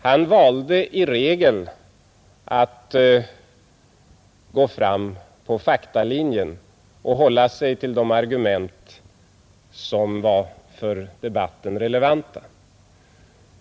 I regel valde han att gå fram på faktalinjen och hålla sig till de argument som var för debatten relevanta.